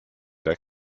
der